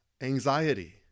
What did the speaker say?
anxiety